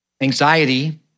Anxiety